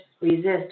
resist